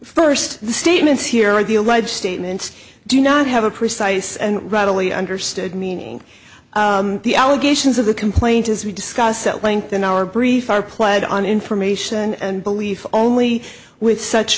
first the statements here are the alleged statements do not have a precise and readily understood meaning the allegations of the complaint as we discussed at length in our brief are played on information and belief only with such